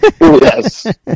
Yes